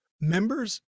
Members